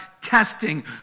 testing